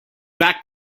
back